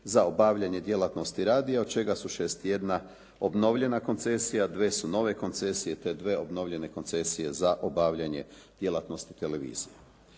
za obavljanje djelatnosti radija od čega su 61 obnovljena koncesija, dvije su nove koncesije te dvije obnovljene koncesije za obavljanje djelatnosti televizije.